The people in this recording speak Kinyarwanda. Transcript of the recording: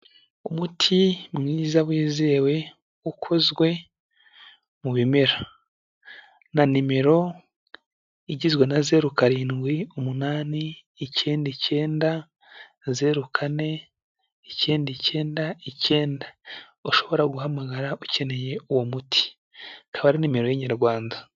Umuti mwiza wizewe ukozwe mu bimera na nimero igizwe na zeru karindwi, umunani, icyenda, icyenda, zeru, kane, icyenda, icyenda, icyenda ushobora guhamagara ukeneye uwo muti, ikaba ari nimero y'inyarwanda.